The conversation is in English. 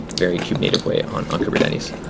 very kub native way on on kubernetes.